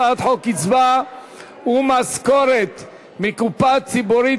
הצעת חוק קצבה ומשכורת מקופה ציבורית,